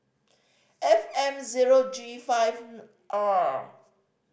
F M zero G five R